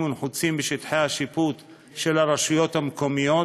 ונחוצים בשטחי השיפוט של הרשויות המקומיות